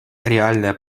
реальное